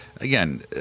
again